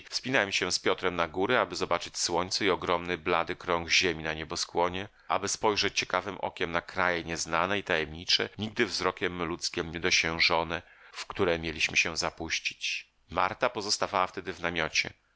wspinałem się z piotrem na góry aby zobaczyć słońce i ogromny blady krąg ziemi na nieboskłonie aby spojrzeć ciekawem okiem na kraje nieznane i tajemnicze nigdy wzrokiem ludzkim niedosiężone w które mieliśmy się zapuścić marta pozostawała wtedy w namiocie